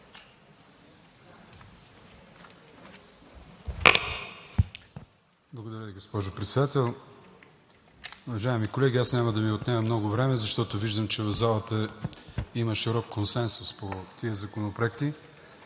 Благодаря Ви, госпожо Председател. Уважаеми колеги, няма да Ви отнемам много време, защото виждам, че в залата има широк консенсус по тези законопроекти,